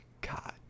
God